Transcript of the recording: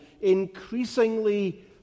increasingly